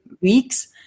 weeks